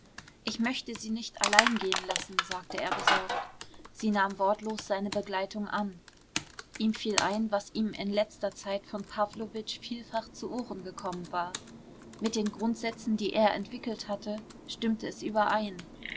ich möchte sie nicht allein gehen lassen sagte er besorgt sie nahm wortlos seine begleitung an ihm fiel ein was ihm in letzter zeit von pawlowitsch vielfach zu ohren gekommen war mit den grundsätzen die er entwickelt hatte stimmte es überein